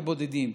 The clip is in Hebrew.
בבודדים,